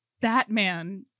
Batman